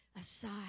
aside